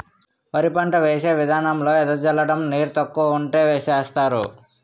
వరి పంట వేసే విదానంలో ఎద జల్లడం నీరు తక్కువ వుంటే సేస్తరు